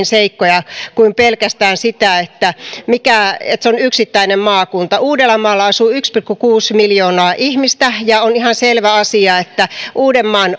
seikkoja kuin pelkästään sitä että se on yksittäinen maakunta uudellamaalla asuu yksi pilkku kuusi miljoonaa ihmistä ja on ihan selvä asia että uudenmaan